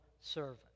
servant